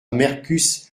mercus